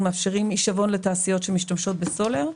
מאפשרים הישבון לתעשיות שמשתמשות בסולר,